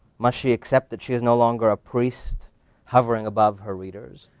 must she accept that she is no longer a priest hovering above her readers,